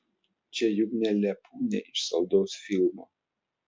čia juk ne lepūnė iš saldaus filmo